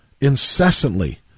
incessantly